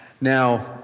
Now